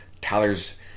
Tyler's